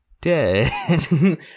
dead